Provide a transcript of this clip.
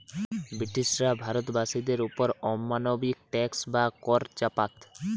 ব্রিটিশরা ভারতবাসীদের ওপর অমানবিক ট্যাক্স বা কর চাপাত